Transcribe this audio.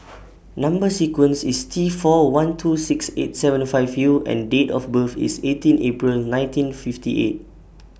Number sequence IS T four one two six eight seven five U and Date of birth IS eighteen April nineteen fifty eight